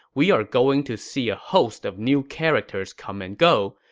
we are going to see a host of new characters come and go,